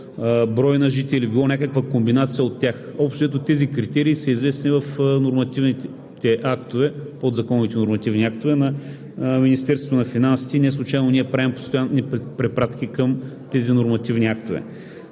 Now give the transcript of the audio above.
брой на жители, било някаква комбинация от тях. Общо взето тези критерии са известни в подзаконовите нормативни актове на Министерството на финансите и неслучайно ние правим постоянно препратки към тези нормативни актове.